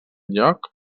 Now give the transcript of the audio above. lloc